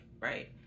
right